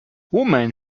women